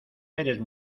eres